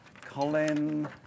Colin